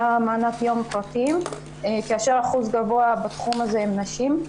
למעונות יום פרטיים כאשר אחוז גבוה בתחום הזה הם נשים.